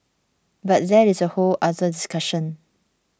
but that is a whole other discussion